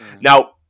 Now